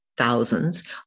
thousands